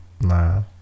nah